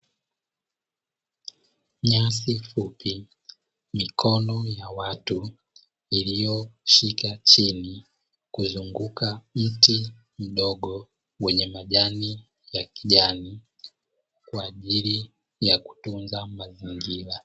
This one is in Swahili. Nyasi fupi, mikono ya watu iliyoshika chini kuzunguka mti mdogo wenye majani ya kijani kwa ajili ya kutunza mazingira.